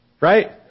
Right